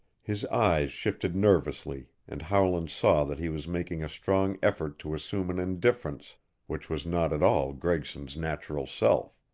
his eyes shifted nervously and howland saw that he was making a strong effort to assume an indifference which was not at all gregson's natural self.